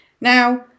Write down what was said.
Now